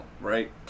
right